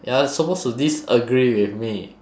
you're supposed to disagree with me